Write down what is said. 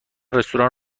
رستوران